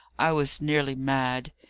i was nearly mad.